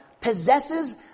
possesses